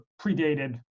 predated